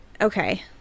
okay